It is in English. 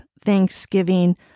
Thanksgiving